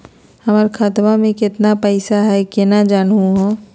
हमर खतवा मे केतना पैसवा हई, केना जानहु हो?